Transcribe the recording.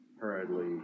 hurriedly